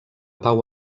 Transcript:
pau